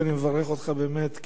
ואני מברך אותך באמת,